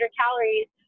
calories